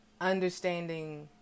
understanding